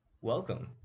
welcome